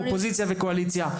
אופוזיציה וקואליציה,